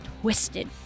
twisted